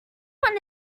one